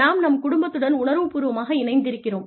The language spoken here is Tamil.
நாம் நம் குடும்பத்துடன் உணர்வுப்பூர்வமாக இணைந்திருக்கிறோம்